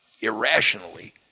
irrationally